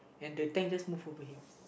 and the tank just move over him